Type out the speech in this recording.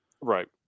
Right